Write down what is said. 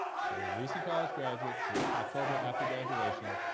so recent college graduates, it's october after graduation.